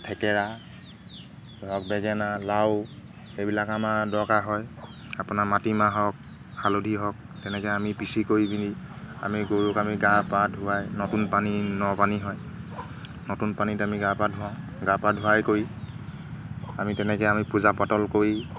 থেকেৰা ধৰক বেঙেনা লাও এইবিলাক আমাৰ দৰকাৰ হয় আপোনাৰ মাটিমাহ হওক হালধি হওক তেনেকৈ আমি পিচি কৰি পিনি আমি গৰুক আমি গা পা ধুৱাই নতুন পানী ন পানী হয় নতুন পানীত আমি গা পা ধুৱাওঁ গা পা ধুৱাই কৰি আমি তেনেকৈ আমি পূজা পাতল কৰি